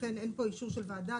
שלכן אין פה אישור של ועדה,